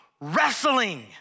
wrestling